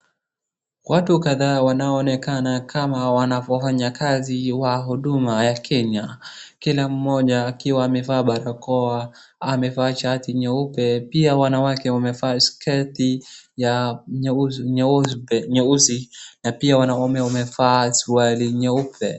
Watu kadhaa wanaonekana kama wanapofanya kazi wa Huduma ya Kenya. Kila mmoja akiwa amevaa barakoa, amevaa shati nyeupe. Pia wanawake wamevaa sketi ya nyeusi na pia na pia wanaume wamevaa suruali nyeupe.